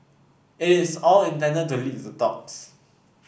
it is all intended to lead to talks